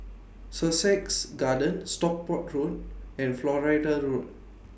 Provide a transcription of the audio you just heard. Sussex Garden Stockport Road and Florida Road